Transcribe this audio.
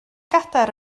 gadair